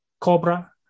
Cobra